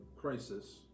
crisis